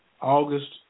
August